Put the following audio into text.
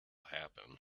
happen